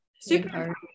super